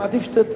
אני מסביר